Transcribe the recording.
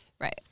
Right